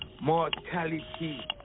Mortality